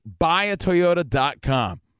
BuyAToyota.com